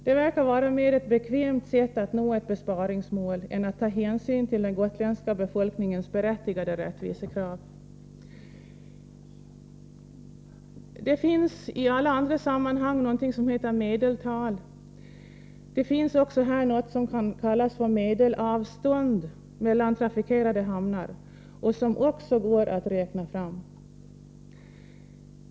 Det verkar mera vara ett bekvämt sätt att nå ett besparingsmål än att ta hänsyn till den gotländska befolkningens berättigade rättvisekrav. Det finns någonting som heter medeltal. Det finns här något som kan kallas för medelavstånd mellan trafikerade hamnar och som det går att räkna fram.